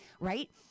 right